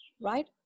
right